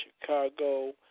Chicago